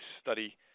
study